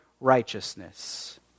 righteousness